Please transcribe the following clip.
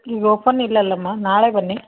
ಈಗ ಓಪನ್ ಇಲ್ಲಲ್ಲಮ್ಮ ನಾಳೆ ಬನ್ನಿ